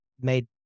made